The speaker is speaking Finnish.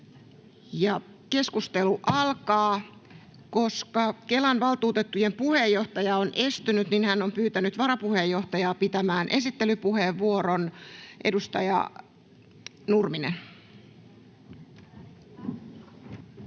Keskustelu alkaa. Koska Kelan valtuutettujen puheenjohtaja on estynyt, hän on pyytänyt varapuheenjohtajaa pitämään esittelypuheenvuoron. — Edustaja Nurminen.